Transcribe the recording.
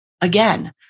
Again